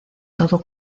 todo